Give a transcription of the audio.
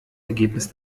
ergebnis